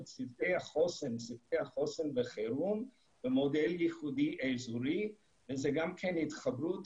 צוותי החוסן בחירום במודל ייחודי אזורי וזו גם התחברות.